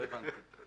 לא הבנתי.